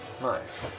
Nice